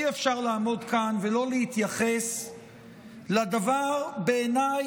אי-אפשר לעמוד כאן ולא להתייחס לדבר המזעזע,